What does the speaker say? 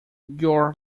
your